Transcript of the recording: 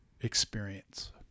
experience